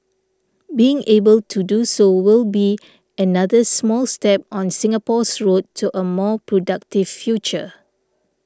being able to do so will be another small step on Singapore's road to a more productive future